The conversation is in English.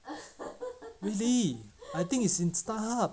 really I think is in StarHub